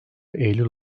eylül